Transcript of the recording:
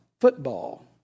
Football